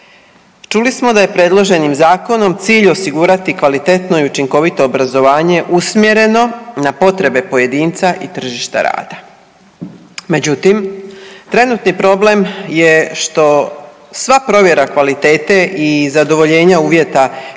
Čuli smo da je predloženim zakonom cilj osigurati kvalitetno i učinkovito obrazovanje usmjereno na potrebe pojedinca i tržišta rada. Međutim, trenutni problem je što sva provjera kvalitete i zadovoljenja uvjeta